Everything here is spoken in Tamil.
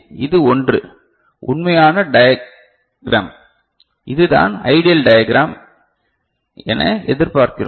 இது ஒன்று உண்மையான டையக்ரம் இதுதான் ஐடியல் டியாக்ரம் என எதிர்பார்க்கிறோம்